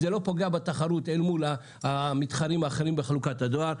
זה לא פוגע בתחרות אל מול המתחרים האחרים בחלוקת הדואר.